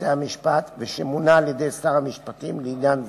בתי-המשפט ושמונה על-ידי שר המשפטים לעניין זה,